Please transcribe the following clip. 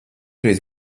reiz